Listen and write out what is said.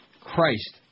Christ